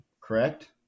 correct